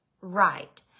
right